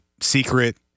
secret